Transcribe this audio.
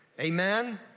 Amen